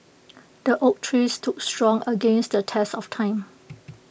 the oak tree stood strong against the test of time